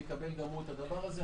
יקבל גם הוא את הדבר הזה.